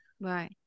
Right